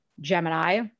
Gemini